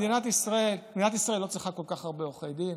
מדינת ישראל לא צריכה כל כך הרבה עורכי דין,